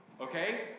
Okay